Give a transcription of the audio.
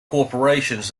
corporations